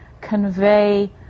convey